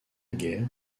guerre